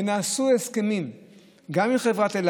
ונעשו הסכמים עם העובדים גם בחברת אל